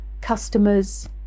customers